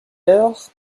heures